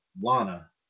Lana